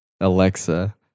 Alexa